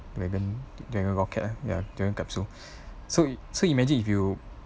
dragon dragon rocket ya dragon capsule so so imagine if you